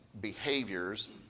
behaviors